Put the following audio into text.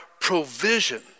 provision